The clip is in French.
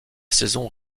saison